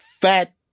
fat